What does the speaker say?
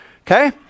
Okay